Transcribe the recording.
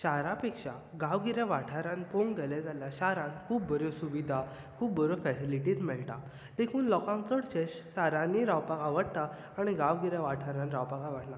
शारा पेक्षा गांवगिऱ्या वाठारांत पळोवंक गेले जाल्यार शारान खूब बऱ्यो सुविधा खूब बऱ्यो फेसिलिटीस मेळटात देखून लोकांक चडशे शारांनी रावपाक आवडटा आनी गांवगिऱ्या वाठारांत रावपाक आवडना